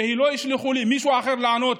שלא ישלחו לי מישהו אחר לענות.